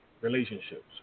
relationships